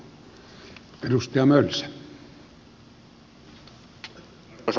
arvoisa puhemies